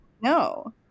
no